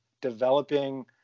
developing